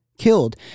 killed